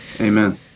amen